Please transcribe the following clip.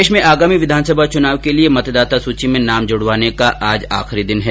प्रदेश में आगामी विधानसभा चुनाव के लिए मतदाता सूची में नाम जुड़वाने का आज आखिरी दिन है